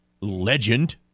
legend